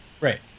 Right